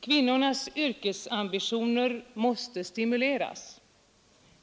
Kvinnornas yrkesambitioner måste tvärtom stimuleras.